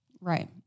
Right